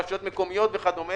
רשויות מקומיות וכדומה.